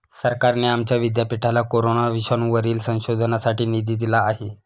सरकारने आमच्या विद्यापीठाला कोरोना विषाणूवरील संशोधनासाठी निधी दिला आहे